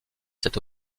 cette